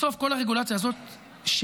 בסוף כל הרגולציה הזאת שירתה